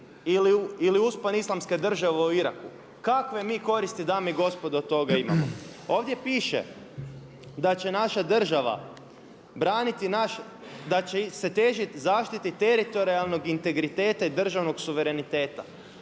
ili uspon Islamske države u Iraku? Kakve mi koristi dame i gospodo od toga imamo? Ovdje piše da će naša država braniti naš, da će se težiti zaštiti teritorijalnog integriteta i državnog suvereniteta.